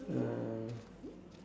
uh